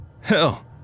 Hell